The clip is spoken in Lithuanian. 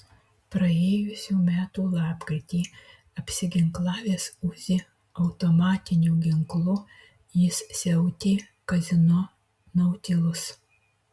praėjusių metų lapkritį apsiginklavęs uzi automatiniu ginklu jis siautė kazino nautilus